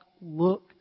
look